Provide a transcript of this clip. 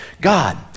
God